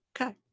Okay